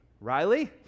Riley